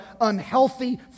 unhealthy